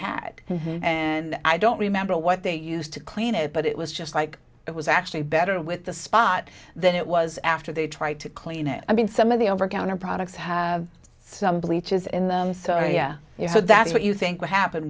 had and i don't remember what they used to clean it but it was just like it was actually better with the spot than it was after they tried to clean it i mean some of the over counter products have some bleach is in them so you know that's what you think what happened